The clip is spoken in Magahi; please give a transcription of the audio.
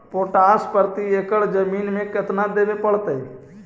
पोटास प्रति एकड़ जमीन में केतना देबे पड़तै?